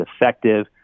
effective